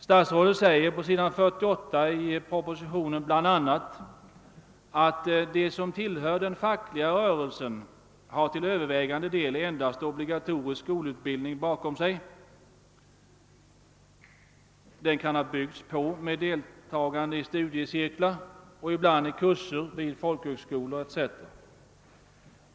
Statsrådet anför i propositionen bl.a., att de som tillhör den fackliga rörelsen har till övervägande del endast obligatorisk skolutbildning bakom sig. Den kan ha byggts på med deltagande i studiecirklar och ibland i kurser vid folkhögskolor etc.